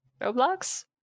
Roblox